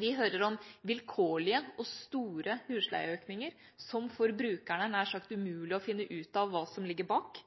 Vi hører om vilkårlige og store husleieøkninger som det for brukerne nær sagt er umulig å finne ut av hva som ligger bak.